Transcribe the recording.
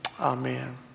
Amen